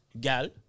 gal